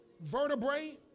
vertebrae